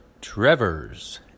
Trevor's